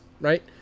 Right